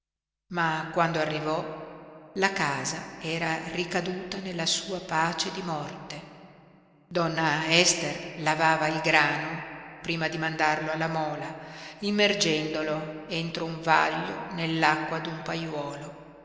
ma quando arrivò la casa era ricaduta nella sua pace di morte donna ester lavava il grano prima di mandarlo alla mola immergendolo entro un vaglio nell'acqua d'un paiuolo